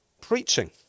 preaching